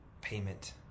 payment